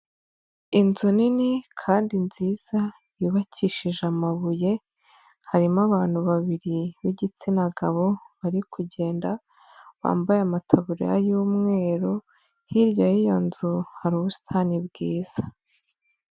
Inzu nini kandi nziza yubakishije amabuye, harimo abantu babiri b'igitsina gabo bari kugenda bambaye amataburiya y'umweru, hirya y'iyo nzu hari ubusitani bwiza.